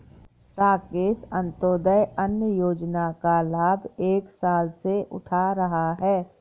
राकेश अंत्योदय अन्न योजना का लाभ एक साल से उठा रहा है